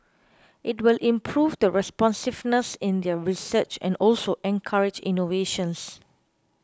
it will improve the responsiveness in their research and also encourage innovations